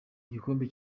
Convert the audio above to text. gikombe